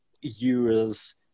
use